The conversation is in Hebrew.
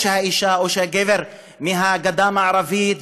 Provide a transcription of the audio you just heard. או שהאישה או שהגבר מהגדה המערבית,